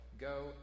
go